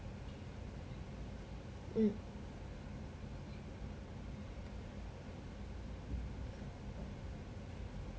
mm